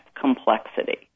complexity